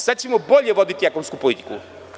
Sada ćemo bolje voditi ekonomsku politiku.